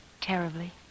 Terribly